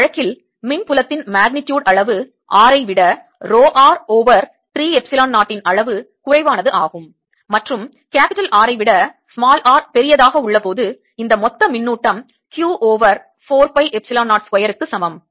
இந்த வழக்கில் மின் புலத்தின் magnitude அளவு R ஐ விட ரோ r ஓவர் 3 எப்சிலான் 0 இன் அளவு குறைவானது ஆகும் மற்றும் R ஐ விட r பெரியதாக உள்ள போது இந்த மொத்த மின்னூட்டம் Q over 4 pi epsilon 0 square க்கு சமம்